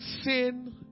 sin